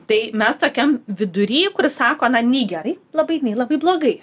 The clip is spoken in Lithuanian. tai mes tokiam vidury kuris sako na nei gerai labai nei labai blogai